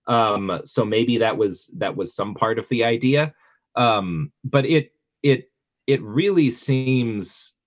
um, so maybe that was that was some part of the idea um, but it it it really seems